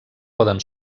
poden